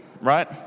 right